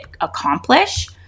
accomplish